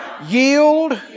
Yield